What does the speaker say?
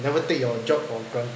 never take your job for granted